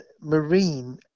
Marine